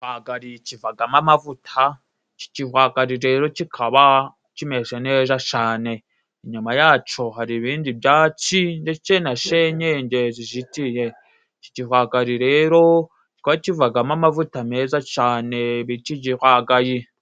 Igihwagari kivagamo amavuta, iki gihwagari rero kikaba kimeje neza cane, inyuma yaco hari ibindi byatsi ndetse na senyenge zizitiye. Iki gihwagari rero kikaba kivagamo amavuta meza cane bita igihwagari.